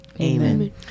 Amen